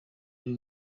uri